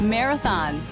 Marathon